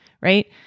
right